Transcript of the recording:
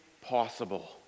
possible